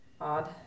Odd